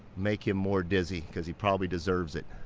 make him more dizzy, cause he probably deserves it.